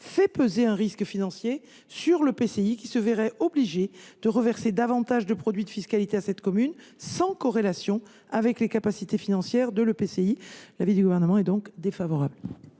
fait peser un risque financier sur l’EPCI, qui se verrait obligé de reverser davantage de produit de fiscalité à cette commune, sans corrélation avec les capacités financières de l’EPCI. Le Gouvernement émet donc un avis défavorable